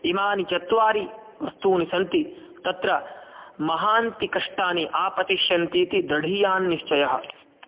इमानि चत्वारि वस्तूनि सन्ति तत्र महान्ति कष्टानि आपतिष्यन्ति इति दृढीयान् निश्चयः